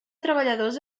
treballadors